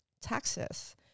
taxes